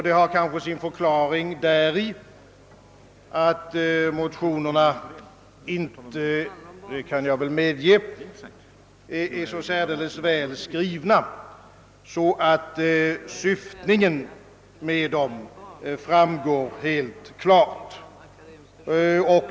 Det har kanske sin förklaring däri, att motionerna inte — det kan jag medge — är så väl skrivna att deras syfte framgår alldeles klart.